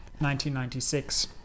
1996